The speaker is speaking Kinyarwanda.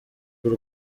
bw’u